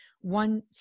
one